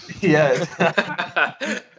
Yes